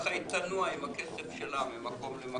וככה היא תנוע עם הכסף שלה ממקום למקום.